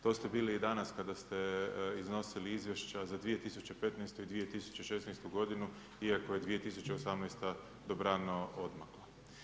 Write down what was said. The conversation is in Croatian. To ste bili i danas kada ste iznosili izvješća za 2015. i 2016. godinu, iako je 2018. dobrano odmakla.